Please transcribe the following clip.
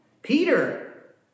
Peter